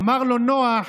אמר לו נח: